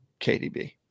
kdb